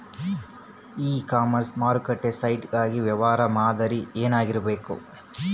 E commerce ಮಾರುಕಟ್ಟೆ site ಗಾಗಿ ವ್ಯವಹಾರ ಮಾದರಿ ಏನಾಗಿರಬೇಕು?